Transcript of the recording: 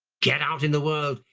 get out in the world,